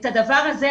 את הדבר הזה,